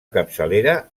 capçalera